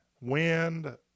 wind